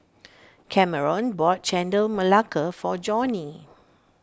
Kameron bought Chendol Melaka for Johnie